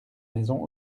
maisons